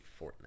Fortnite